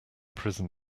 prison